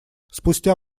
спустя